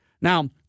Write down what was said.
Now